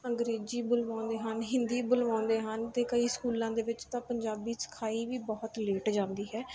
ਅੰਗਰੇਜ਼ੀ ਬੋਲਵਾਉਂਦੇ ਹਨ ਹਿੰਦੀ ਬੋਲਵਾਉਂਦੇ ਹਨ ਅਤੇ ਕਈ ਸਕੂਲਾਂ ਦੇ ਵਿੱਚ ਤਾਂ ਪੰਜਾਬੀ ਸਿਖਾਈ ਵੀ ਬਹੁਤ ਲੇਟ ਜਾਂਦੀ ਹੈ